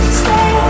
stay